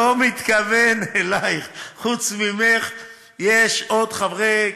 לא מתכוון אלייך, חוץ ממך יש עוד חברי